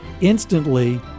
Instantly